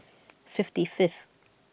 fifty fifth